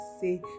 say